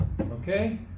Okay